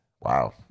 Wow